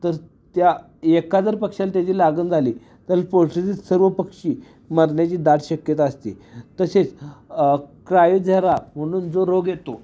तर त्या एका जर पक्ष्याला त्याची लागण झाली तर पोल्ट्रीतील सर्व पक्षी मरण्याची दाट शक्यता असते तसेच क्रायोझेरा म्हणून जो रोग येतो